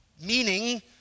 meaning